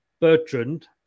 Bertrand